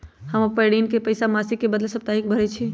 हम अपन ऋण के पइसा मासिक के बदले साप्ताहिके भरई छी